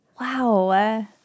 wow